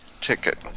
ticket